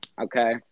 Okay